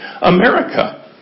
America